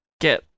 get